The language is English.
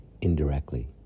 Indirectly